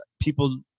People